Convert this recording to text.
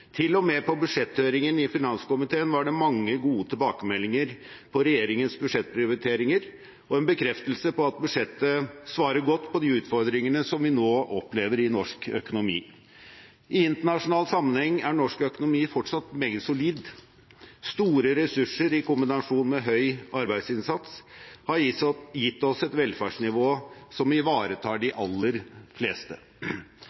med på budsjetthøringen i finanskomiteen var det mange gode tilbakemeldinger på regjeringens budsjettprioriteringer og en bekreftelse på at budsjettet svarer godt på de utfordringene som vi nå opplever i norsk økonomi. I internasjonal sammenheng er norsk økonomi fortsatt meget solid. Store ressurser i kombinasjon med høy arbeidsinnsats har gitt oss et velferdsnivå som ivaretar de aller fleste,